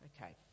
Okay